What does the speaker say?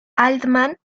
altman